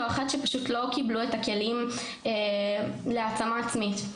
או אחת שפשוט לא קיבלו את הכלים להעצמה עצמית.